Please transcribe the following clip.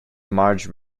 marge